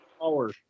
power